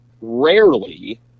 rarely